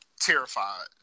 Terrified